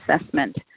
assessment